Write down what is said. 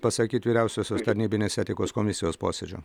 pasakyt vyriausiosios tarnybinės etikos komisijos posėdžio